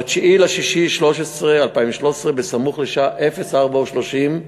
ב-9 ביוני 2013, סמוך לשעה 04:30,